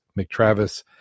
McTravis